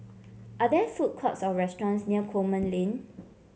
are there food courts or restaurants near Coleman Lane